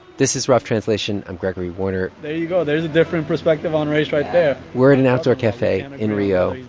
this is rough translation. i'm gregory warner there you go. there's a different perspective on race right there we're at an outdoor cafe and in rio.